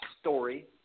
story